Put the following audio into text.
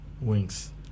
wings